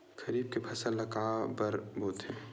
खरीफ के फसल ला काबर बोथे?